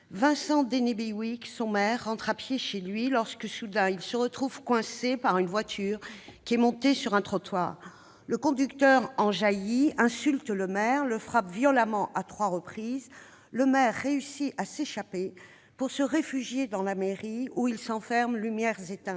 Vincent Denby Wilkes, son maire, rentre chez lui à pied lorsque, soudain, il se retrouve coincé par une voiture qui est montée sur le trottoir. Le conducteur en jaillit, l'insulte et le frappe violemment à trois reprises. Il réussit à s'échapper pour se réfugier dans la mairie, où il s'enferme, lumières éteintes.